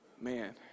man